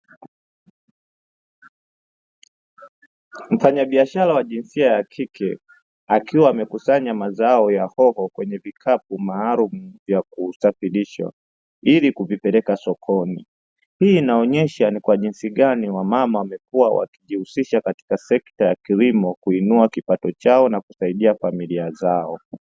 Mfanyabiashara wa jinsia ya kike akiwa amekusanya mazao ya hoho kwenye vikapu maalumu vya kusafirisha ili kuvipeleka sokoni. Hii inaonyesha ni kwa jinsi gani wamama wamekuwa wakijihusisha katika sekta ya kilimo kuinua kipato na kusaidia familia zao.